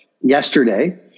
yesterday